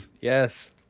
Yes